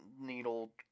needle